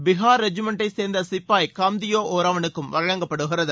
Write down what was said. பிகார் ரெஜிமென்டை சேர்ந்த சிப்பாய் காம்தியோ ஒராவோனுக்கும் வழங்கப்படுகிறது